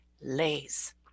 lays